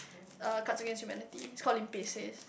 uh cards against humanity it's called Limpeh says